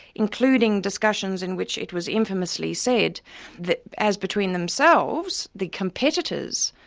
including discussions in which it was infamously said that as between themselves the competitors,